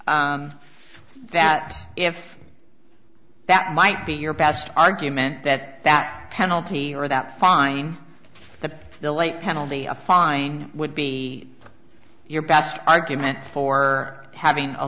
that if that might be your best argument that that penalty or that fine the delay penalty a fine would be your best argument for having a